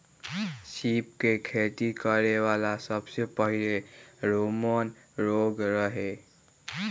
सीप के खेती करे वाला सबसे पहिले रोमन लोग रहे